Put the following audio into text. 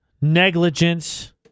negligence